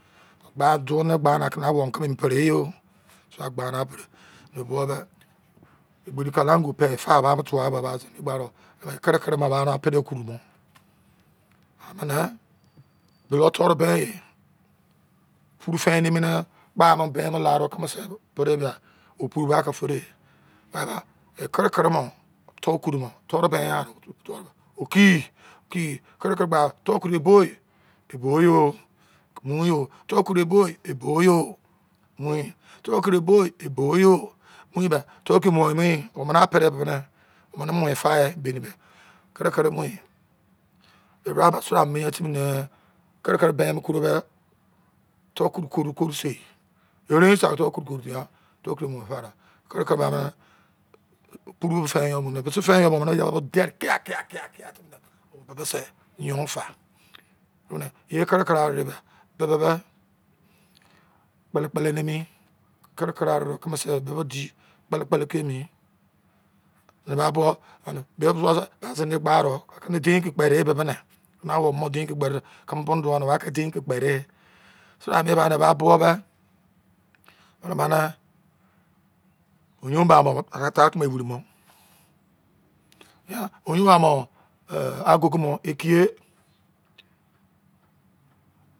Gba do ne gba ne kala kumu preyo so agbana pre egberi kala ogu pefa ba mo tuwa gba a ba zine gba ro me kere kere bo ma aro mu pete koro mo ane bere toro ben ye furu nimi ne gba mu ben mula do keme se bode ya opuru ma ke fe do ye why ba ekere kere mo toroku u mo toro ben yan oki toro kuro bo ye toro ebo ye o torokiri boe e bo ye torokiri bo e boye mu be amene pede bo de amene mo fa baini me kere kere mu ye mise bra mien timi nee kere kere ben mu koro de torokuro kuru kuru sei erein se torokuro de trorkuro mu fa de gba me opuru bo fe yo mu me mise fe yo mu mene me dere kia kia kia timi ne iye bo se yon fa mune ye kere kere are be bebe me kpele kpele nimi kere kere are de keme se bebe di kpele kpele ke mi eba buwu by zine gba ro e ke me dein ke kpe de be mene e na wobo bo mo dein ke kpede keme bonu do wa ne wo ake me oyun amu eh ogugu mo ekiye